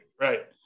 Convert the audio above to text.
right